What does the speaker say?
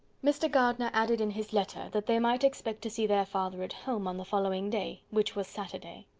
mr. gardiner added in his letter, that they might expect to see their father at home on the following day, which was saturday.